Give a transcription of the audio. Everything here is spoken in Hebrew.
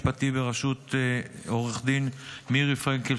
ולצוות המשפטי בראשות עורכת הדין מירי פרנקל